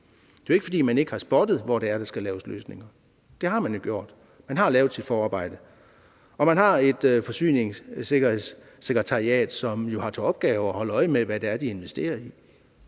Det er jo ikke, fordi man ikke har spottet, hvor det er, der skal laves løsninger. Det har man jo gjort. Man har lavet sit forarbejde. Og man har et forsyningssikkerhedssekretariat, som jo har til opgave at holde øje med, hvad det er, de investerer i.